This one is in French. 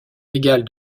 légale